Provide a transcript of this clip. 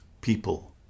people